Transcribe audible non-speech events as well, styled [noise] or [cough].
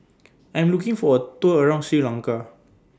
[noise] I'm looking For A Tour around Sri Lanka